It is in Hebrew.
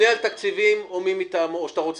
או מי מטעמו זה בסדר.